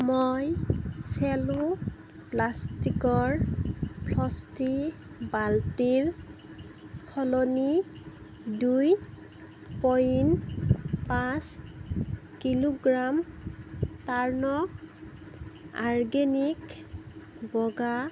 মই চেলো প্লাষ্টিকৰ ফ্ৰষ্টি বাল্টিৰ সলনি দুই পইণ্ট পাঁচ কিলোগ্ৰাম টাৰ্ণ অৰ্গেনিক বগা